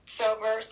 sober